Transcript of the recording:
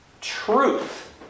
truth